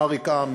מה רקעם,